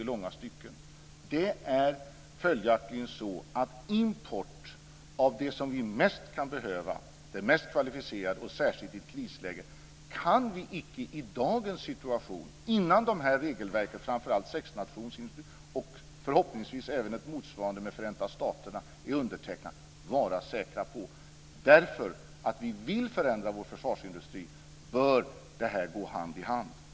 I dagens situation, innan de här regelverken är undertecknade - framför allt sexnationsavtalet och förhoppningsvis även ett motsvarande avtal med Förenta staterna - kan vi följaktligen inte vara säkra på att kunna importera det som vi mest kan behöva, det mest kvalificerade, och särskilt inte i ett krisläge. Just därför att vi vill förändra vår försvarsindustri bör detta gå hand i hand med det.